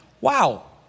Wow